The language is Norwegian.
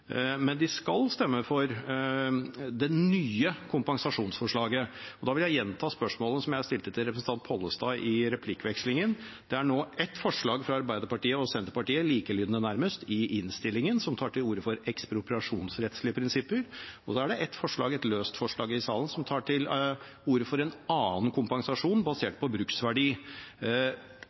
men de skal stemme for det det nye kompensasjonsforslaget. Da vil jeg gjenta det jeg stilte spørsmål om til representanten Pollestad i replikkvekslingen. Det er nå forslag fra Arbeiderpartiet og Senterpartiet – likelydende nærmest – et i innstillingen, som tar til orde for ekspropriasjonsrettslige prinsipper, og så er det forslag nr. 16 i salen, som tar orde for en annen kompensasjon basert på bruksverdi.